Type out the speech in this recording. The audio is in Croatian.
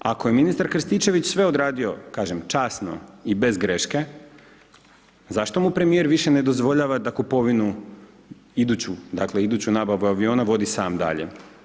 Ako je ministar Krstičević odradio, kažem, časno i bez greške, zašto mu premijer više ne dozvoljava da kupovinu iduću, dakle, iduću nabavu aviona vodi sam dalje?